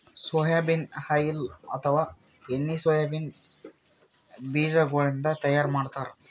soybean oil ಅಥವಾ ಎಣ್ಣಿ soybean ಬಿಜಾಗೋಳಿನ್ದ ತೈಯಾರ್ ಮಾಡ್ತಾರ್